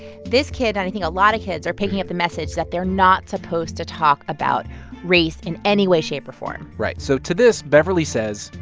this kid and, i think, a lot of kids are picking up the message that they're not supposed to talk about race in any way, shape or form right. so to this, beverly says.